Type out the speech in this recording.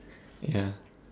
ya